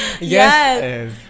Yes